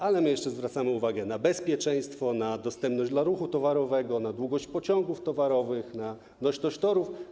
Ale my jeszcze zwracamy uwagę na bezpieczeństwo, na dostępność dla ruchu towarowego, na długość pociągów towarowych, na nośność torów.